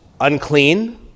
unclean